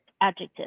adjective